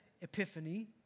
epiphany